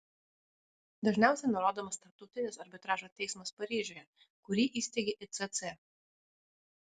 dažniausiai nurodomas tarptautinis arbitražo teismas paryžiuje kurį įsteigė icc